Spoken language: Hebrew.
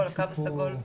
הקו הסגול,